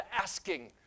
asking